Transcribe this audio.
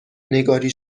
نگاری